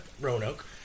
Roanoke